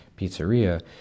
pizzeria